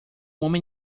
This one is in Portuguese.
homem